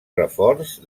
reforç